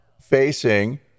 facing